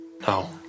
No